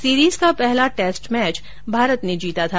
series का पहला test match Bharat ने जीता था